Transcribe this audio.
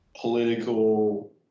political